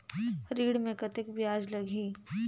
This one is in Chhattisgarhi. ऋण मे कतेक ब्याज लगही?